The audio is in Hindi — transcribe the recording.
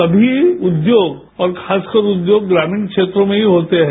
समी उद्योग और खासकर उद्योग ग्रामीण क्षेत्रों में ही होते हैं